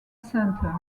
centre